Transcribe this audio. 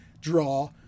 draw